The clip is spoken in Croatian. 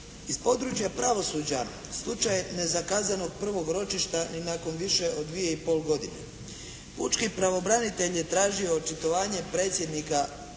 Iz područja pravosuđa slučaj nezakazanog prvog ročišta i nakon više od dvije i pol godine. Pučki pravobranitelj je tražio očitovanje predsjednika